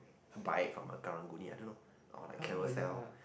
buy it from a Karang-Guni I don't know or like Carousell